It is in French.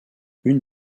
une